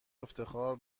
افتخار